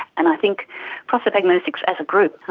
and i think prosopagnosics as a group,